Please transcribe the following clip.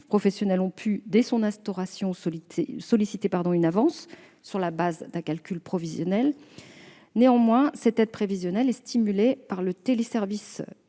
professionnels ont pu, dès son instauration, solliciter une avance sur la base d'un calcul prévisionnel de l'aide. Néanmoins, cette aide prévisionnelle est simulée sur le téléservice